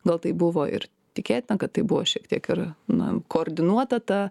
gal tai buvo ir tikėtina kad tai buvo šiek tiek ir na koordinuota ta